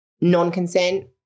non-consent